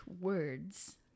words